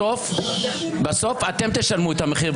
בסוף אתם תשלמו את המחיר,